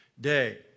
day